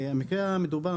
במקרה המדובר,